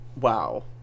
wow